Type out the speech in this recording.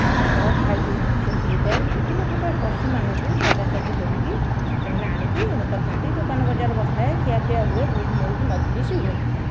ଆଉ cock fighting ସେମିତି ହୋଇଥାଏ ବିଭିନ୍ନ ପ୍ରକାର ପଶୁମାନଙ୍କୁ ସଜା ସଜି କରିକି ସେମାନେ ଆଣିକି ଏନେ କରିଥାନ୍ତି ଦୋକାନ ବଜାର ବସିଥାଏ ଖିଆ ପିଆ ହୁଏ ବହୁତ ମୌଜ ମଜଲିସ ହୁଏ